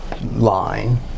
line